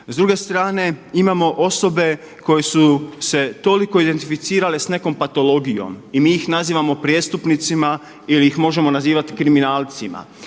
S druge strane imamo osobe koje su se toliko identificirale sa nekom patologijom i mi ih nazivamo prijestupnicima ili ih možemo nazivati kriminalcima.